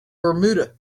bermuda